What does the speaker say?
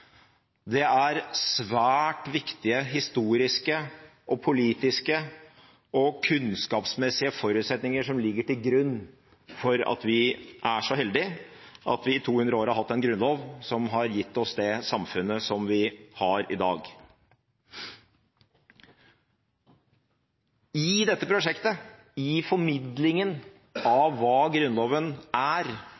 Det er svært viktige historiske, politiske og kunnskapsmessige forutsetninger som ligger til grunn for at vi er så heldige at vi i 200 år har hatt en grunnlov som har gitt oss det samfunnet som vi har i dag. I dette prosjektet, i formidlingen